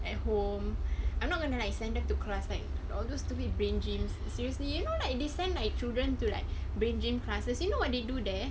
at home I'm not gonna like send them to class like all those stupid brain gyms seriously you know like they send their children to like brain gym classes you know what they do there